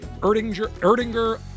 Erdinger